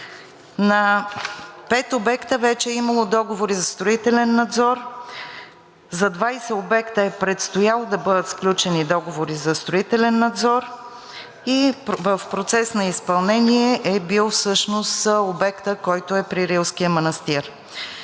На пет обекта вече е имало договори за строителен надзор, за 20 обекта е предстояло да бъдат сключени договори за строителен надзор и в процес на изпълнение е бил всъщност обектът, който е при Рилския манастир.